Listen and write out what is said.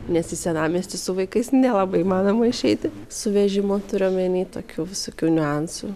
nes į senamiestį su vaikais nelabai įmanoma išeiti su vežimu turiu omeny tokių visokių niuansų